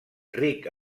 ric